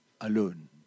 alone